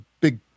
big